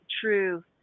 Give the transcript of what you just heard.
true